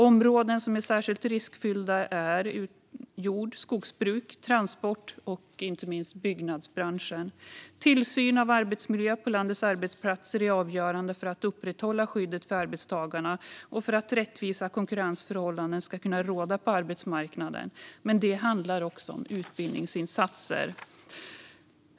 Områden som är särskilt riskfyllda är jord och skogsbruk, transport och, inte minst, byggnadsbranschen. Tillsyn av arbetsmiljön på landets arbetsplatser är avgörande för att upprätthålla skyddet för arbetstagarna och för att rättvisa konkurrensförhållanden ska kunna råda på arbetsmarknaden. Men det handlar också om utbildningsinsatser.